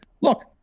Look